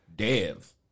Dev